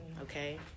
okay